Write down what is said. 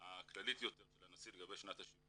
הכללית יותר של הנשיא לגבי שנת ה-70